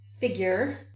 figure